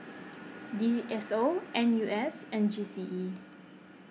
D S O N U S and G C E